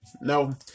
No